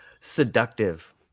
Seductive